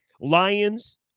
Lions